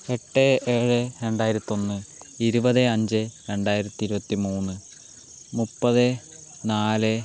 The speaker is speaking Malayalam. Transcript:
എട്ട് ഏഴ് രണ്ടായിരത്തൊന്ന് ഇരുപത് അഞ്ച് രണ്ടായിരത്തി ഇരുപത്തി മൂന്ന് മുപ്പത് നാല്